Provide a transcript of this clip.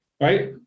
right